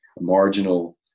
marginal